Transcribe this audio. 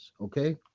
okay